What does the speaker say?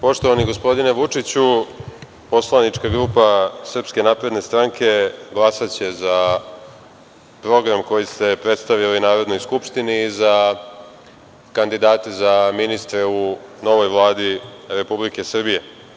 Poštovani gospodine Vučiću, poslanička grupa SNS glasaće za program koji ste predstavili Narodnoj skupštini i za kandidate za ministre u novoj Vladi Republike Srbije.